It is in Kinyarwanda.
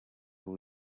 ubu